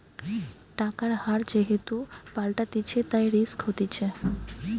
টাকার হার যেহেতু পাল্টাতিছে, তাই রিস্ক হতিছে